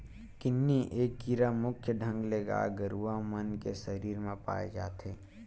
किन्नी ए कीरा मुख्य ढंग ले गाय गरुवा मन के सरीर म पाय जाथे